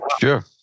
Sure